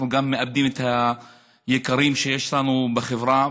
אנחנו גם מאבדים את היקרים שיש לנו בחברה.